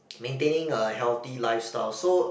maintaining a healthy lifestyle so